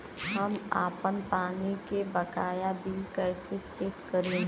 हम आपन पानी के बकाया बिल कईसे चेक करी?